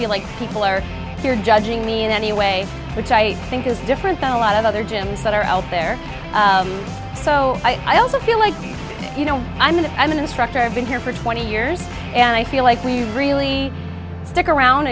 feel like people are here judging me in any way which i think is different than a lot of other gyms that are out there so i also feel like you know i mean i'm an instructor i've been here for twenty years and i feel like we really stick around